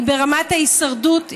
היא ברמת ההישרדות,